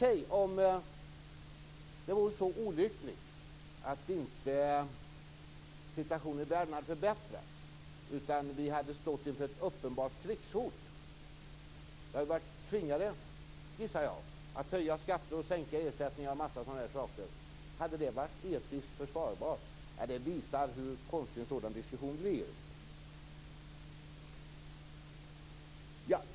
Säg att det vore så olyckligt att situationen i världen inte hade förbättrats, utan vi hade stått inför ett uppenbart krigshot. Då hade vi varit tvingade, gissar jag, att höja skatter och sänka ersättningar och annat. Hade det varit etiskt försvarbart? Nej, det visar hur konstig en sådan diskussion blir.